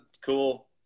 cool